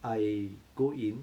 I go in